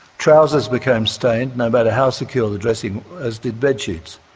trousers became stained, no matter how secure the dressing, as did bed sheets.